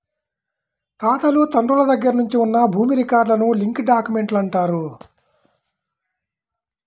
తాతలు తండ్రుల దగ్గర నుంచి ఉన్న భూమి రికార్డులను లింక్ డాక్యుమెంట్లు అంటారు